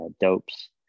dopes